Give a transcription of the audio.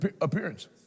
appearance